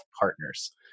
Partners